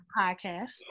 podcast